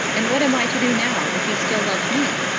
and what am i to do now, if he still loves me?